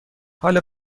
حال